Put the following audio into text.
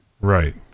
right